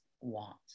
want